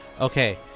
Okay